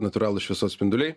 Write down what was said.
natūralūs šviesos spinduliai